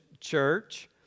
church